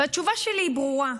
והתשובה שלי היא ברורה.